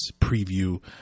preview